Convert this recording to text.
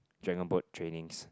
dragon boat trainings